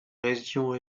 régions